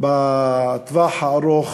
בטווח הארוך,